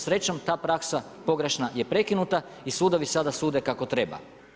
Srećom, ta praksa pogrešna je prekinuta i sudovi sada sude kako treba.